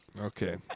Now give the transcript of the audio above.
Okay